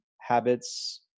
habits